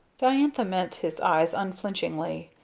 diantha met his eyes unflinchingly.